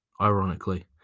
ironically